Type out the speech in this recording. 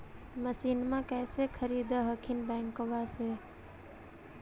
मसिनमा कैसे खरीदे हखिन बैंकबा से?